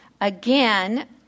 Again